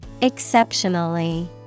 Exceptionally